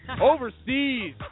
overseas